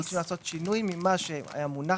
אנחנו מבקשים לעשות שינוי ממה שהיה מונח